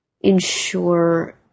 ensure